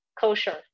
kosher